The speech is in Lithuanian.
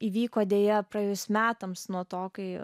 įvyko deja praėjus metams nuo to kai